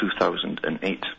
2008